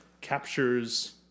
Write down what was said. captures